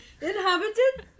Inhabited